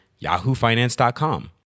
yahoofinance.com